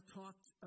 talked